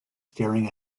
staring